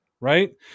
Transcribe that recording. Right